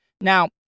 now